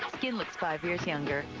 skin looks five years younger.